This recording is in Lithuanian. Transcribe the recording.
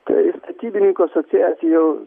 tai statybininkų asociacija jau